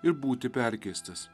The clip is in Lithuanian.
ir būti perkeistas